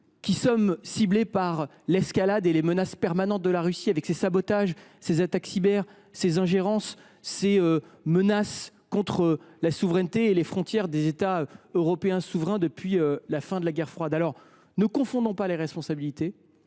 qui sommes ciblés par l’escalade et les menaces permanentes de la Russie avec ses sabotages, ses attaques cyber, ses ingérences, ses menaces contre la souveraineté et les frontières des États européens souverains depuis la fin de la guerre froide. Alors, ne confondons pas les responsabilités,